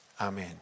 Amen